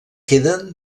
queden